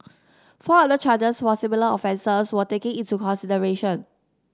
four other charges for similar offences were taken into consideration